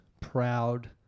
proud